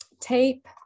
Tape